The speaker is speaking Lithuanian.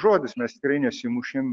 žodis mes tikrai nesimušėm